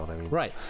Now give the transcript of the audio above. right